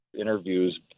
interviews